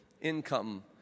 income